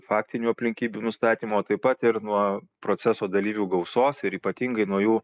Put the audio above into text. faktinių aplinkybių nustatymo taip pat ir nuo proceso dalyvių gausos ir ypatingai nuo jų